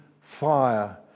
fire